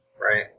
Right